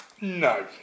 no